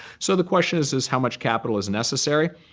so the question is, is how much capital is necessary?